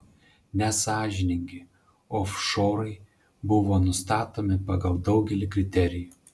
nesąžiningi ofšorai buvo nustatomi pagal daugelį kriterijų